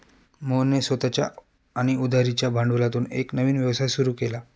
मोहनने स्वतःच्या आणि उधारीच्या भांडवलातून एक नवीन व्यवसाय सुरू केला